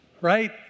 Right